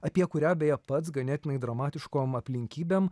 apie kurią beje pats ganėtinai dramatiškom aplinkybėm